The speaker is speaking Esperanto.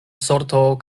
sorto